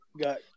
got